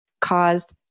caused